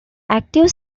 active